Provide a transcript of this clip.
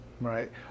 right